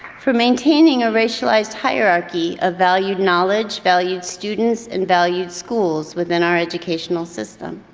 for maintaining a racialized hierarchy of valued knowledge, valued students and valued schools within our educational system.